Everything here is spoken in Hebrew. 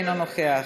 אינו נוכח,